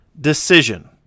decision